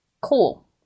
Cool